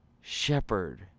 shepherd